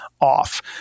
off